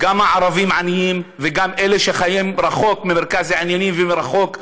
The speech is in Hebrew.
גם הערבים עניים וגם אלה שחיים רחוק ממרכז העניינים ורחוק מתל-אביב,